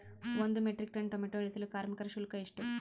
ಒಂದು metric ton tomato ಇಳಿಸಲು ಕಾರ್ಮಿಕರ ಶುಲ್ಕ ಎಷ್ಟು?